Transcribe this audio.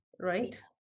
Right